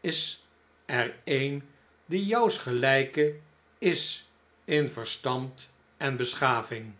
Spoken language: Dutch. is er een die jouws gelijke is in verstand en beschaving